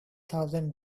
thousand